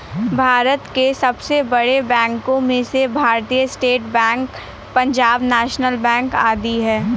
भारत के सबसे बड़े बैंको में से Bharatiya state bank, Punjab national bank आदि है